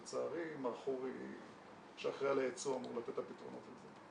לצערי מר חורי שאחראי על הייצוא אמור לתת את הפתרונות על זה.